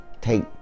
Take